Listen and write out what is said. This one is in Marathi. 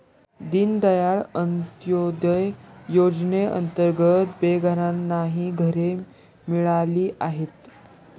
दीनदयाळ अंत्योदय योजनेअंतर्गत बेघरांनाही घरे मिळाली आहेत